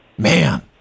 Man